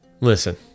listen